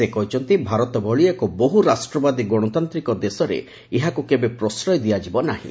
ସେ କହିଛନ୍ତି ଭାରତ ଭଳି ଏକ ବହୁରାଷ୍ଟ୍ରବାଦୀ ଗଣତାନ୍ତ୍ରିକ ଦେଶରେ ଏହାକୁ କେବେ ପ୍ରଶ୍ରୟ ଦିଆଯିବ ନାହିଁ